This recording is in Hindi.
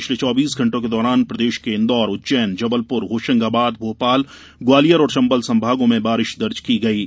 पिछले चौबीस घंटों के दौरान प्रदेश के इंदौर उज्जैनजबलपुरहोशंगाबादभोपाल ग्वालियर और चंबल संभागों में बारिश दर्ज की गयीं